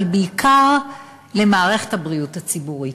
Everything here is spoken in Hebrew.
אבל בעיקר למערכת הבריאות הציבורית.